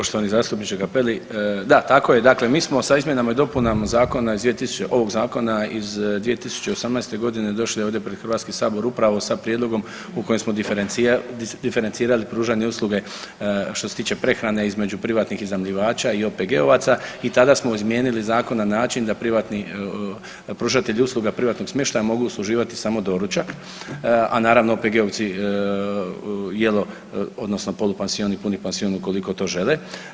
Poštovani zastupniče Cappelli, da, tako je mi smo sa izmjenama i dopunama ovog Zakona iz 2018.g. došli ovdje pred HS upravo sa prijedlogom u kojem smo diferencirali pružanje usluge što se tiče prehrane između privatnih iznajmljivača i OPG-ovaca i tada smo izmijenili zakon na način da privatni pružatelji usluga privatnog smještaja mogu usluživati samo doručak, a naravno OPG-ovci jelo odnosno polupansion i puni pansion ukoliko to žele.